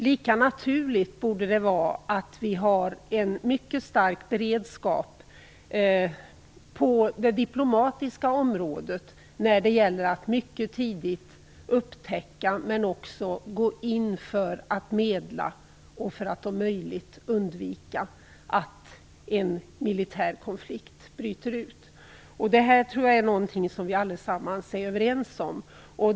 Lika naturligt borde det vara att vi har en mycket stark beredskap på det diplomatiska området när det gäller att mycket tidigt upptäcka och gå in för att medla och om möjligt undvika att en militär konflikt bryter ut. Jag tror att detta är något som vi alla är överens om.